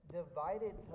divided